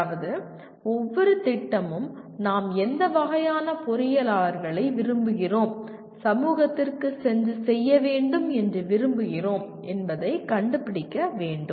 அதாவது ஒவ்வொரு திட்டமும் நாம் எந்த வகையான பொறியியலாளர்களை விரும்புகிறோம் சமூகத்திற்குச் சென்று சேவை செய்ய வேண்டும் என விரும்புகிறோம் என்பதைக் கண்டுபிடிக்க வேண்டும்